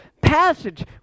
passage